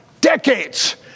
decades